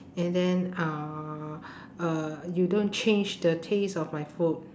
and then uhh uh you don't change the taste of my food